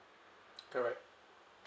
correct